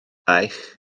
eich